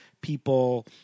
people